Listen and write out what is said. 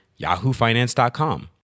yahoofinance.com